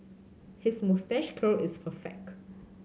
his moustache curl is perfect